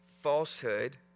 falsehood